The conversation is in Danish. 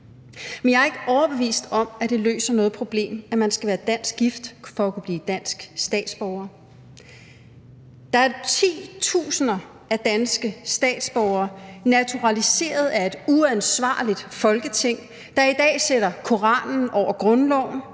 Men jeg er ikke overbevist om, at det løser noget problem, at man skal være dansk gift for at kunne blive dansk statsborger. Der er titusinder af danske statsborgere naturaliseret af et uansvarligt Folketing, der i dag sætter Koranen over grundloven,